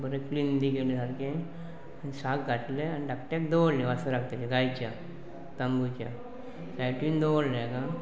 बरें क्लीन बी केलें सारकें साक घातलें आनी धाकट्याक दवरलें वासराक तेच्या गायच्या तांबूच्या सायटीन दवरलें तेका